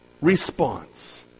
response